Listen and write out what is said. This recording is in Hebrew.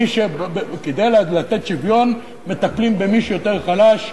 כדי לתת שוויון מטפלים במי שיותר חלש,